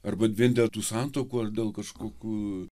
arba vien dėl tų santuokų ar dėl kažkokių